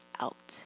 out